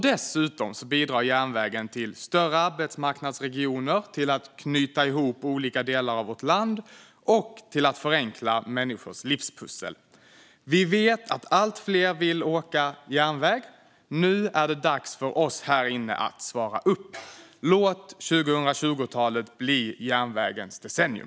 Dessutom bidrar järnvägen till större arbetsmarknadsregioner, till att knyta ihop olika delar av vårt land och till att förenkla människors livspussel. Vi vet att allt fler vill resa på järnväg, och nu är det dags för oss här inne att svara upp mot det. Låt 2020-talet bli järnvägens decennium!